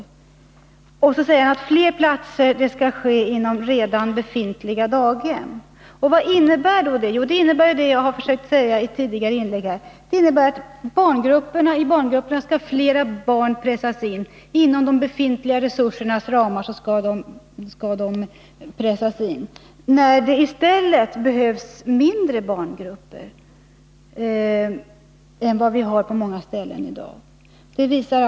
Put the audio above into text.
Rune Gustavsson säger vidare att fler platser skall kunna ordnas inom redan befintliga daghem. Vad innebär det? Det innebär, som jag försökt säga i tidigare inlägg, att i barngrupperna skall flera barn pressas in inom de befintliga resurserna, när det i stället behövs mindre barngrupper än vad som finns på många ställen i dag.